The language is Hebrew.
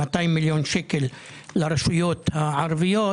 200 מיליון שקל לרשויות הערביות,